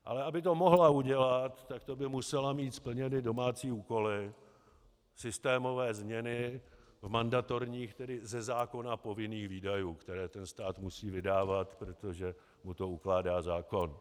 Ale aby to mohla udělat, to by musela mít splněné domácí úkoly, systémové změny v mandatorních, tedy ze zákona povinných výdajích, které stát musí vydávat, protože mu to ukládá zákon.